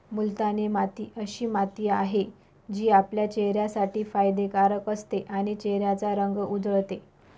मुलतानी माती अशी माती आहे, जी आपल्या चेहऱ्यासाठी फायदे कारक असते आणि चेहऱ्याचा रंग उजळते